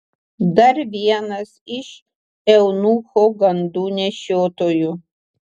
dar vienas iš eunucho gandų nešiotojų